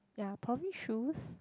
ya probably shoes